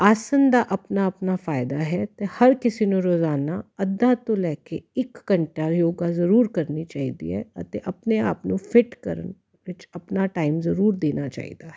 ਆਸਣ ਦਾ ਆਪਣਾ ਆਪਣਾ ਫਾਇਦਾ ਹੈ ਅਤੇ ਹਰ ਕਿਸੇ ਨੂੰ ਰੋਜ਼ਾਨਾ ਅੱਧੇ ਤੋਂ ਲੈ ਕੇ ਇੱਕ ਘੰਟਾ ਯੋਗਾ ਜ਼ਰੂਰ ਕਰਨੀ ਚਾਹੀਦਾ ਹੈ ਅਤੇ ਆਪਣੇ ਆਪ ਨੂੰ ਫਿਟ ਕਰਨ ਵਿੱਚ ਆਪਣਾ ਟਾਈਮ ਜ਼ਰੂਰ ਦੇਣਾ ਚਾਹੀਦਾ ਹੈ